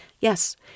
Yes